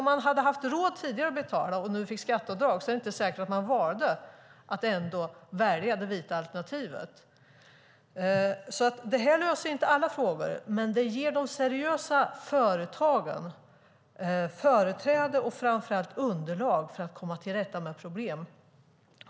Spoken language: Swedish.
Om man hade haft råd tidigare att betala och sedan fick göra skatteavdrag är det inte säkert att man valde det vita alternativet. Det här löser alltså inte alla frågor, men det ger de seriösa företagen företräde och framför allt underlag för att komma till rätta med problemen.